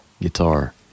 guitar